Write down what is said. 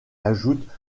ajoute